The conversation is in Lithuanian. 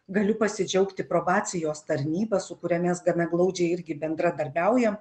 galiu pasidžiaugti probacijos tarnyba su kuria mes gana glaudžiai irgi bendradarbiaujam